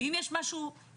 ואם יש פה משהו אישי,